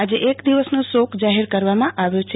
આજે એક દિવસનો શોક જાહેર કરવામાં આવ્યો છે